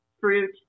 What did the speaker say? fruit